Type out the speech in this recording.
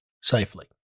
safely